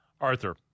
Arthur